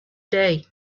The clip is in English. day